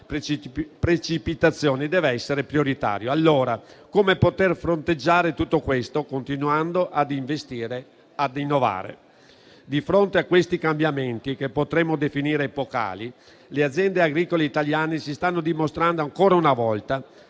precipitazioni dev'essere prioritario. Come poter fronteggiare allora tutto questo, continuando a investire e innovare? Di fronte a questi cambiamenti, che potremmo definire epocali, le aziende agricole italiane si stanno dimostrando ancora una volta